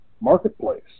marketplace